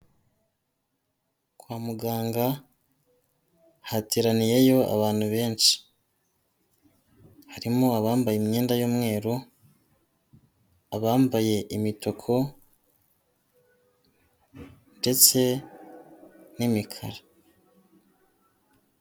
Kwa muganga hateraniyeyo benshi, harimo abambaye imyenda y'umweru, abambaye imituku ndetse n'imikara.